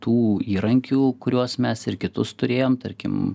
tų įrankių kuriuos mes ir kitus turėjom tarkim